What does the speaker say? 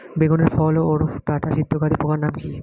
বেগুনের ফল ওর ডাটা ছিদ্রকারী পোকার নাম কি?